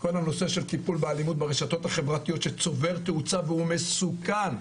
כל הנושא של הטיפול באלימות ברשתות החברתיות שצובר תאוצה והוא מסוכן,